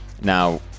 Now